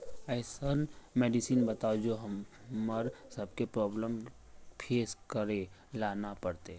ऐसन मेडिसिन बताओ जो हम्मर सबके प्रॉब्लम फेस करे ला ना पड़ते?